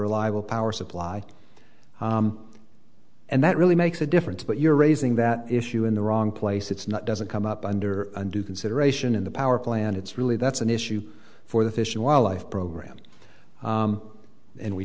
reliable power supply and that really makes a difference but you're raising that issue in the wrong place it's not doesn't come up under undue consideration in the powerplant it's really that's an issue for the fish and wildlife program and we